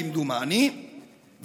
כמדומני,